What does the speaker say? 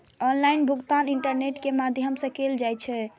online भुगतान internet के माध्यम सं कैल जाइ छै